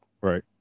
right